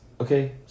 okay